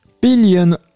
billion